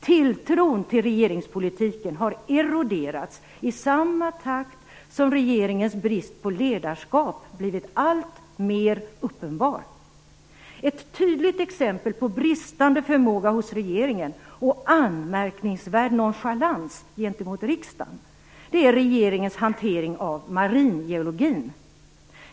Tilltron till regeringspolitiken har eroderats i samma takt som regeringens brist på ledarskap blivit alltmer uppenbar. Ett tydligt exempel på bristande förmåga hos regeringen och anmärkningsvärd nonchalans gentemot riksdagen är regeringens hantering av maringeologin.